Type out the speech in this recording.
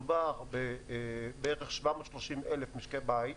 מדובר בבערך 730,000 משקי בית,